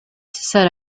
set